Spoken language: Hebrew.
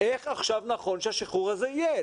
איך עכשיו נכון שהשחרור הזה יהיה.